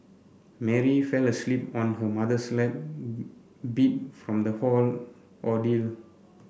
Mary fell asleep on her mother's lap beat from the whole ordeal